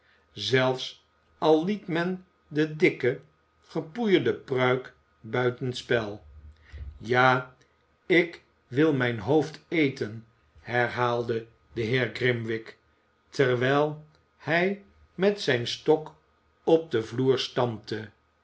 zelfs al liet men de dikke gepoeierde pruik buiten spel ja ik wil mijn hoofd eten herhaalde de heer grimwig terwijl hij met zijn stok op den vloer stampte